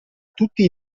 tutti